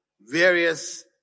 various